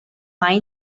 mai